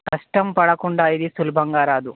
కష్ట పడకుండా ఏది సులభంగా రాదు